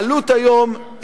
העלות היום,